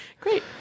great